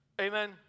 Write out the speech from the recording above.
amen